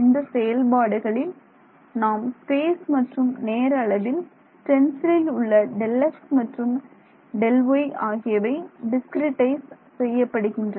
இந்த செயல்பாடுகளில் நாம் ஸ்பேஸ் மற்றும் நேர அளவில் ஸ்டென்சிலில் உள்ள Δx மற்றும் Δy ஆகியவை டிஸ்கிரிட்டைஸ் செய்யப்படுகின்றன